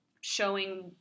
showing